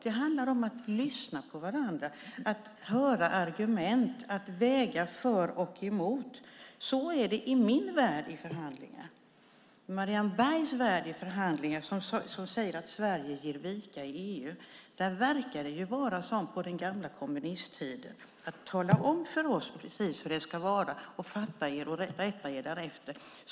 Det handlar om att lyssna på varandra, att höra argument, att väga för och emot. Så är det i min värld vid förhandlingar. I Marianne Bergs värld, där man säger att Sverige ger vika i förhandlingar i EU, verkar det ju vara som på den gamla kommunisttiden. Tala om precis hur det ska vara och fatta och rätta er därefter!